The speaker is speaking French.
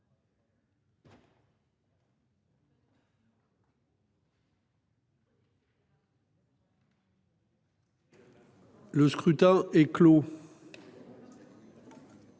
Le scrutin est clos.